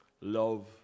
Love